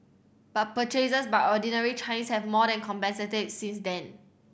but purchases by ordinary Chinese have more than compensated since then